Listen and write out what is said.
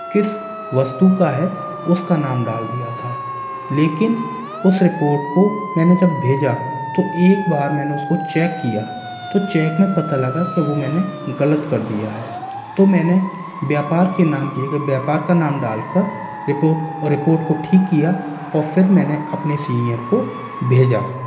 किस वस्तु का है उसका नाम डाल दिया था लेकिन उस रिपोर्ट को मैंने जब भेजा तो एक बार मैंने उसको चेक किया तो चेक में पता लगा कि वो मैंने गलत कर दिया है तो मैंने व्यापार के नाम की जगह व्यापार का नाम डालकर रिपोर्ट रिपोर्ट को ठीक किया और फ़िर मैंने अपने सीनियर को भेजा